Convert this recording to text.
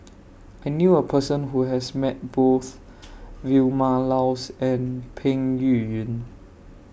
I knew A Person Who has Met Both Vilma Laus and Peng Yuyun